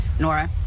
Nora